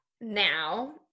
Now